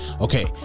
okay